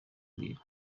kukubwira